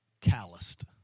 calloused